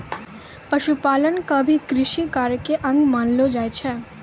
पशुपालन क भी कृषि कार्य के अंग मानलो जाय छै